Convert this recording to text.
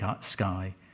sky